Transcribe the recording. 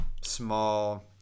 small